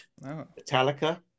Metallica